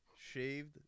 Shaved